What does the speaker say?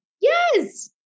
Yes